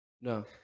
No